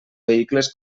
vehicles